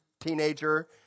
teenager